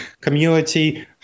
community